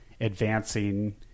advancing